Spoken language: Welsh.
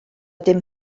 dim